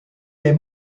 les